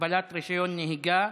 הגבלת רישיון נהיגה).